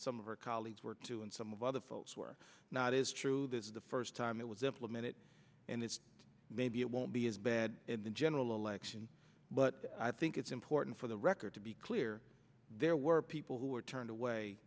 some of her colleagues were too and some of other folks were not is true this is the first time it was implemented and it's maybe it won't be as bad in the general election but i think it's important for the record to be clear there were people who were turned away